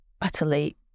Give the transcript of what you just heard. utterly